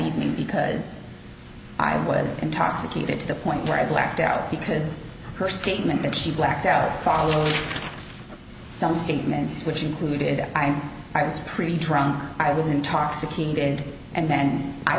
evening because i was intoxicated to the point where i blacked out because of her statement that she blacked out following some statements which included i am i was pretty drunk i was intoxicated and then i